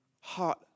Heart